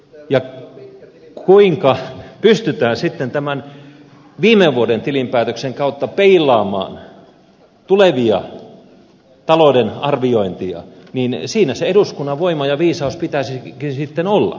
siinä kuinka pystytään sitten tämän viime vuoden tilinpäätöksen kautta peilaamaan tulevia talouden arviointeja sen eduskunnan voiman ja viisauden pitäisikin sitten olla